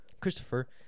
Christopher